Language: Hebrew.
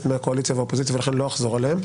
מהקואליציה והאופוזיציה ולכן לא אחזור עליהן,